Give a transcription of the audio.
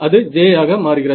அது j ஆக மாறுகிறது